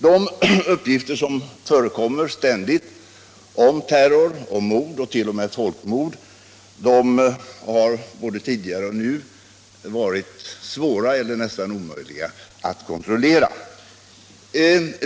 De uppgifter som ständigt förekommer om terror, mord och t.o.m. folkmord har både tidigare och nu varit svåra eller nästan omöjliga att kontrollera.